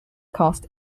cost